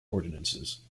ordinances